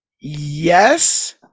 Yes